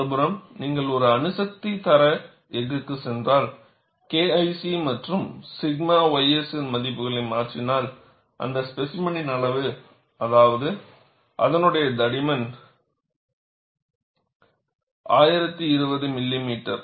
மறுபுறம் நீங்கள் ஒரு அணுசக்தி தர எஃகுக்குச் சென்றால் KIC மற்றும் சிக்மா ys இன் மதிப்புகளை மாற்றினால் அந்த ஸ்பேசிமென் அளவு அதாவது அதனுடைய தடிமன் 1020 மில்லிமீட்டர்